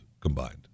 combined